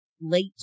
late